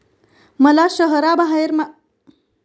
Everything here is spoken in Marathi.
मला शहराबाहेर राहणाऱ्या माझ्या भावाला पैसे पाठवायचे आहेत